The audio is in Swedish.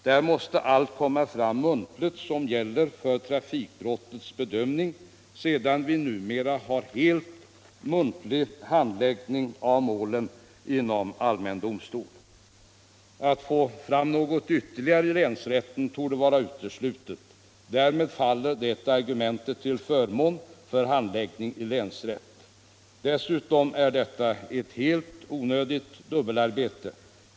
Där måste allt som rör trafikbrottets bedömning komma fram muntligt sedan vi numera har helt muntlig handläggning av målen inom allmän domstol. Att få fram något ytterligare i länsrätten torde vara uteslutet. Därmed faller det argumentet till förmån för handläggning i länsrätt. Dessutom är detta ett helt onödigt dubbelarbete.